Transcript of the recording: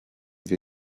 wir